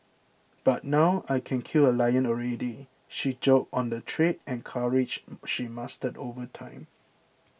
but now I can kill a lion already she joked on the trade and courage she mastered over time